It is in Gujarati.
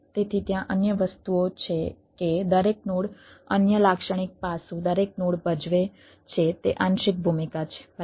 તેથી ત્યાં અન્ય વસ્તુઓ છે કે દરેક નોડ અન્ય લાક્ષણિક પાસું દરેક નોડ ભજવે છે તે આંશિક ભૂમિકા છે બરાબર